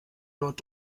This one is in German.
dort